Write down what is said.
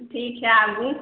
ठीक छै आबु